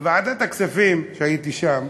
בוועדת הכספים, הייתי שם,